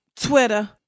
Twitter